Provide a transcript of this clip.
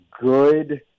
good